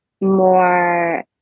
more